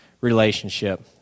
relationship